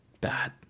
bad